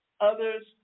others